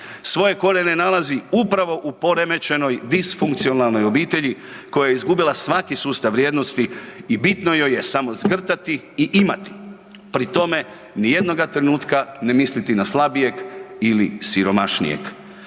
svoje korijene nalazi upravo u poremećenoj disfunkcionalnoj obitelji koja je izgubila svaki sustav vrijednosti i bitno joj je samo zgrtati i imati. Pri tome, nijednoga trenutka ne misliti na slabijeg ili siromašnijeg.